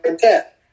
death